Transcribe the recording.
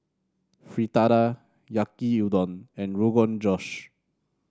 Fritada Yaki Udon and Rogan Josh